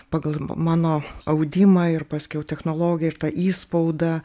pagal mano audimą ir paskiau technologiją ir tą įspaudą